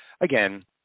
Again